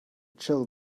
chill